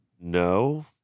no